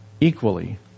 equally